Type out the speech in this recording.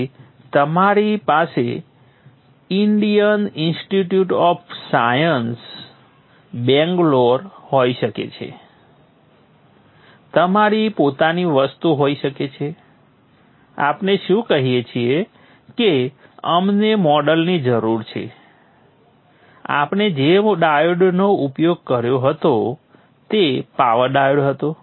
તેથી તમારી પાસે Indian Institute of Science Bangalore હોઈ શકે છે તમારી પોતાની વસ્તુ હોઈ શકે છે આપણે શું કહીએ છીએ કે અમને મોડેલની જરૂર છે આપણે જે ડાયોડનો ઉપયોગ કર્યો હતો તે પાવર ડાયોડ હતો